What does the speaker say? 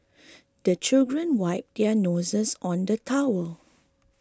the children wipe their noses on the towel